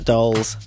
Dolls